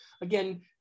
Again